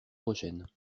prochaine